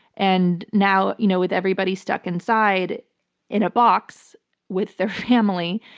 and now, you know with everybody stuck inside in a box with their family,